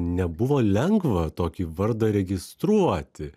nebuvo lengva tokį vardą registruoti